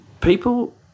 people